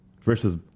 versus